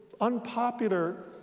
unpopular